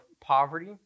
poverty